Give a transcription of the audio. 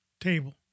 table